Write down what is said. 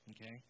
Okay